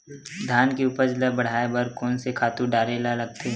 धान के उपज ल बढ़ाये बर कोन से खातु डारेल लगथे?